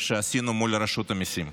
שעשינו מול רשות המיסים.